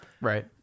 Right